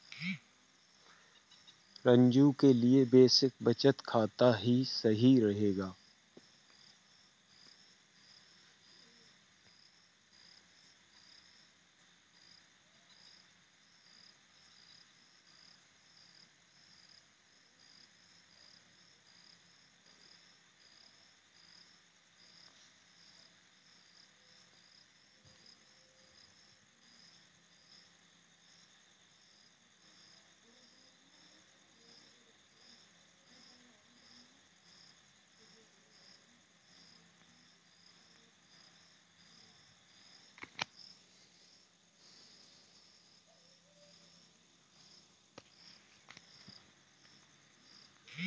रंजू के लिए बेसिक बचत खाता ही सही रहेगा